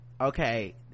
okay